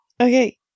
Okay